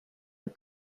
are